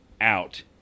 out